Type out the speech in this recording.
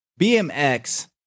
BMX